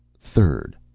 third,